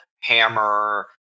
Hammer